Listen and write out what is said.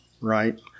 right